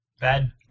Bad